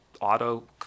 auto